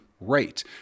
rate